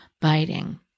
biting